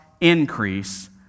increase